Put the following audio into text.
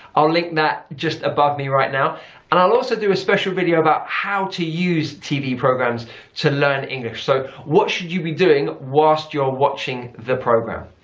i'll link that just above me right now. and i'll also do a special video about how to use tv programmes to learn english. so what should you be doing whilst you are watching the programme,